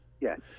Yes